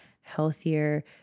healthier